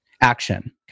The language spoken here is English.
action